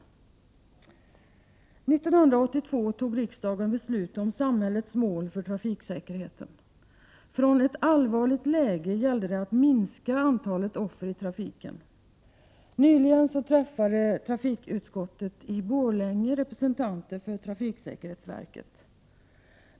År 1982 fattade riksdagen beslut om samhällets mål för trafiksäkerheten. Vid ett allvarligt läge gällde det att minska antalet offer i trafiken. Nyligen var trafikutskottet i Borlänge och sammanträffade med representanter för trafiksäkerhetsverket.